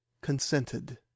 consented